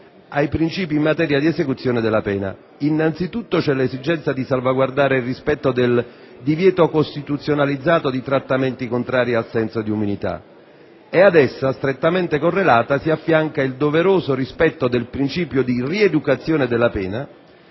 ai principi in materia di esecuzione della pena. Innanzitutto, vi è l'esigenza di salvaguardare il rispetto del divieto costituzionalizzato di trattamenti contrari al senso di umanità e ad essa, strettamente correlato, si affianca il doveroso rispetto del principio di rieducazione della pena,